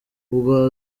ubwo